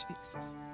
Jesus